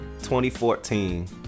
2014